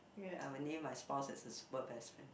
I will name my spouse as a super best friend